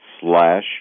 slash